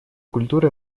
культура